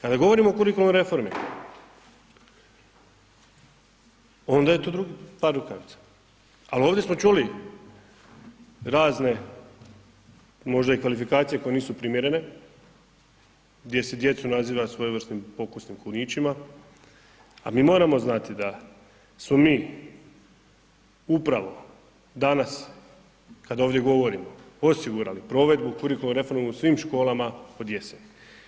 Kada govorimo o kurikularnoj reformi, onda je to drugi par rukavica, ali ovdje smo čuli razne, možda i kvalifikacije koje nisu primjerene, gdje se djecu naziva svojevrsnih pokusnim kunićima, a mi moramo znati da smo mi upravo danas, kada ovdje govorimo osigurali provedbu kurikularne reforme u svim školama od jeseni.